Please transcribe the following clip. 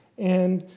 and